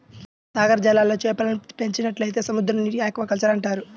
సాగర జలాల్లో చేపలను పెంచినట్లయితే సముద్రనీటి ఆక్వాకల్చర్ అంటారు